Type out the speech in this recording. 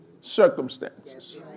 circumstances